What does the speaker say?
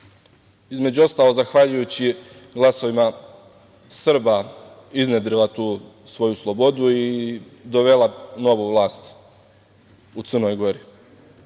između ostalog zahvaljujući glasovima Srba iznedrila tu svoju slobodu i dovela novu vlast u Crnoj